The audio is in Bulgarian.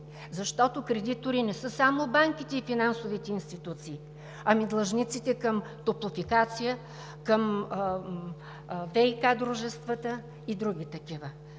защото кредитори не са само банките и финансовите институции. Ами длъжниците към „Топлофикация“, към ВиК дружествата и други такива?!